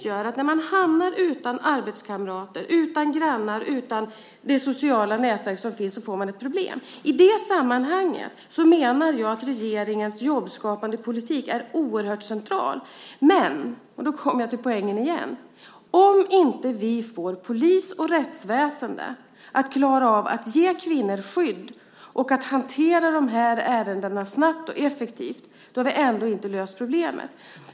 När en kvinna står utan arbetskamrater, grannar och sitt sociala nätverk uppstår problem. I det sammanhanget är regeringens jobbskapande politik oerhört central. Men, och nu kommer jag till poängen igen, om vi inte får polisen och rättsväsendet att klara av att ge kvinnor skydd och att hantera dessa ärenden snabbt och effektivt har vi ändå inte löst problemet.